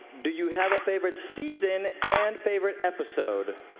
do you have a favorite season and favorite episode?